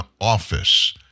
office